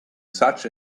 such